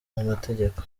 mategeko